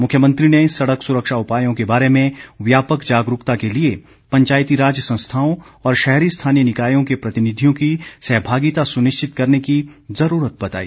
मुख्यमंत्री ने सड़क सुरक्षा उपायों के बारे में व्यापक जागरूकता के लिए पंचायतीराज संस्थाओं और शहरी स्थानीय निकायों के प्रतिनिधियों की सहभागिता सुनिश्चित करने की ज़रूरत बताई